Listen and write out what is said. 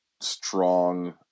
strong